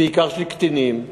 בעיקר של קטינים.